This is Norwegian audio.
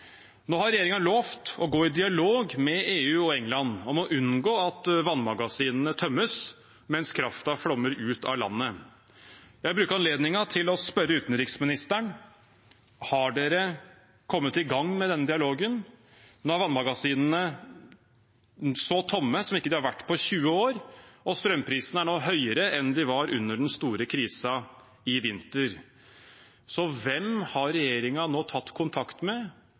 Nå har regjeringen lovet å gå i dialog med EU og Storbritannia om å unngå at vannmagasinene tømmes mens kraften flommer ut av landet. Jeg vil bruke anledningen til å spørre utenriksministeren: Har regjeringen kommet i gang med denne dialogen? Nå er vannmagasinene så tomme som de ikke har vært på 20 år, og strømprisene er nå høyere enn de var under den store krisen i vinter. Så hvem har regjeringen nå tatt kontakt med?